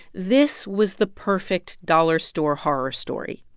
this was the perfect dollar store horror story.